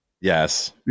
yes